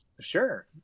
sure